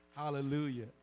Hallelujah